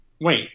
wait